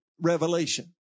revelation